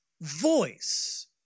voice